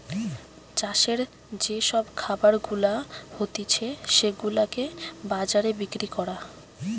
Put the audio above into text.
চাষের যে সব খাবার গুলা হতিছে সেগুলাকে বাজারে বিক্রি করা